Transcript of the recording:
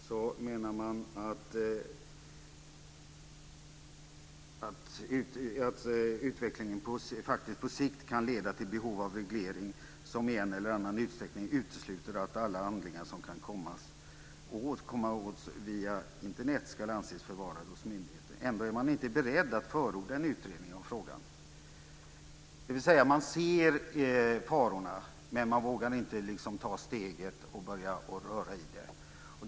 Man menar att utvecklingen på sikt faktiskt kan leda till behov av reglering som i en eller annan utsträckning utesluter att alla handlingar som kan kommas åt via Internet ska anses förvarade hos myndigheten. Ändå är man inte beredd att förorda en utredning av frågan nu, dvs. man ser farorna men man vågar inte ta steget och börja röra i detta.